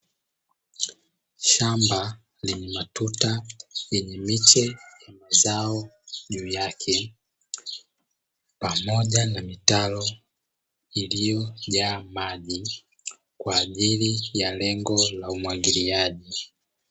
Shamba lenye matuta lenye miche juu yake pamoja na mitaro yenye maji kwa ajili ya umwagiliaji